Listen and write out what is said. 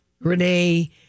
Renee